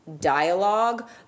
dialogue